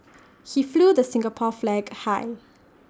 he flew the Singapore flag high